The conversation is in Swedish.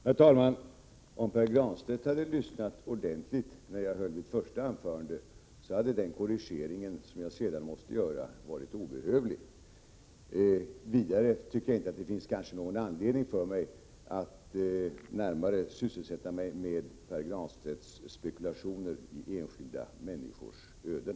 Herr talman! Om Pär Granstedt hade lyssnat ordentligt när jag höll mitt första anförande, hade den korrigering som jag senare måste göra varit obehövlig. Vidare tycker jag inte att det finns någon anledning för mig att närmare sysselsätta mig med Pär Granstedts spekulationer i enskilda människors öden.